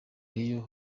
real